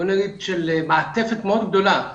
בוא נגיד, של מעטפת מאוד גדולה.